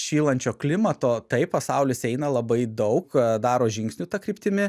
šylančio klimato taip pasaulis eina labai daug daro žingsnių ta kryptimi